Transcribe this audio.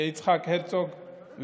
יצחק הרצוג,